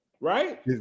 right